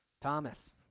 Thomas